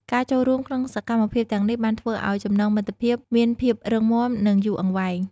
ការចូលរួមក្នុងសកម្មភាពទាំងនេះបានធ្វើឱ្យចំណងមិត្តភាពមានភាពរឹងមាំនិងយូរអង្វែង។